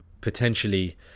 potentially